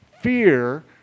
fear